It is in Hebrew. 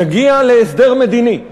נגיע להסדר מדיני.